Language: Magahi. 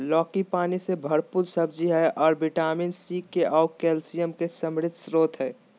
लौकी पानी से भरपूर सब्जी हइ अ विटामिन सी, के आऊ कैल्शियम के समृद्ध स्रोत हइ